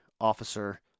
officer